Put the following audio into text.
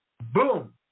boom